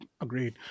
Agreed